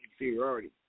inferiority